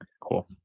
Cool